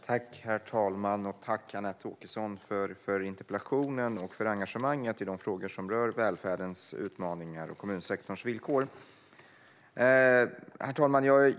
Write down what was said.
Herr talman! Tack, Anette Åkesson, för interpellationen och för engagemanget i de frågor som rör välfärdens utmaningar och kommunsektorns villkor! Herr talman!